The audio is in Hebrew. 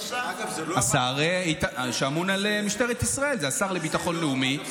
השר שאמון על משטרת ישראל, שזה השר לביטחון לאומי.